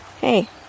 Hey